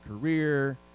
career